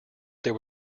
there